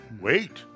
Wait